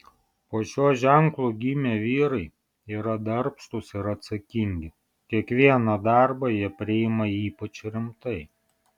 po šiuo ženklu gimę vyrai yra darbštūs ir atsakingi kiekvieną darbą jie priima ypač rimtai